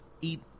eat